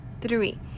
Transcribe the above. Three